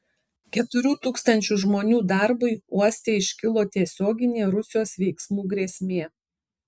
keturių tūkstančių žmonių darbui uoste iškilo tiesioginė rusijos veiksmų grėsmė